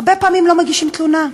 הרבה פעמים לא מגישים תלונה,